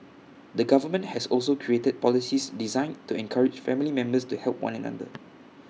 the government has also created policies designed to encourage family members to help one another